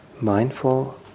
Mindful